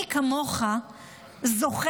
מי כמוך זוכר,